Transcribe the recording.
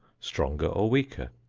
stronger or weaker,